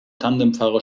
tandemfahrer